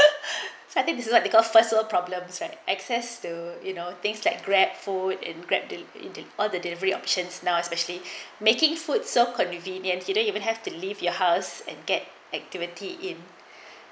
so I think this is because first problems like access to you know things like grab food in grabbed it into other delivery options now especially making food so convenient he don't even have to leave your house and get activity in